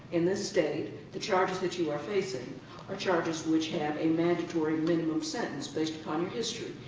in this state, the charges that you are facing are charges which have a mandatory minimum sentence based upon your history.